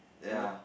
you know